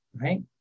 right